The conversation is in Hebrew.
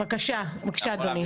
בבקשה אדוני.